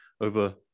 over